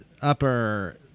upper